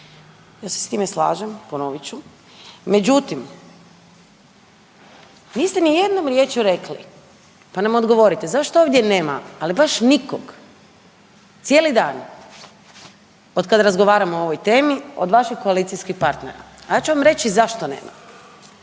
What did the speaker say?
ja se sa time slažem, ponovit ću. Međutim, niste ni jednom riječju rekli, pa nam odgovorite zašto ovdje nema, ali baš nikog cijeli dan otkad razgovaramo o ovoj temi od vaših koalicijskih partnera? A ja ću vam reći zašto nema.